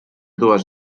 dues